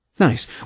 Nice